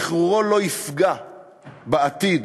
שחרורו לא יפגע בעתיד